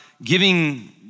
giving